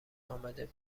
آمده